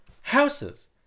houses